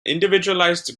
individualized